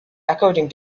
according